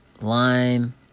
lime